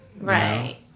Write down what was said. Right